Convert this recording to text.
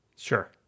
Sure